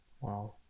Wow